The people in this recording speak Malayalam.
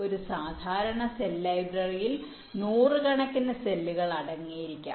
ഒരു സാധാരണ സെൽ ലൈബ്രറിയിൽ നൂറുകണക്കിന് സെല്ലുകൾ അടങ്ങിയിരിക്കാം